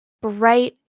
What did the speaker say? bright